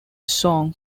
song